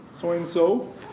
so-and-so